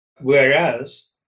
whereas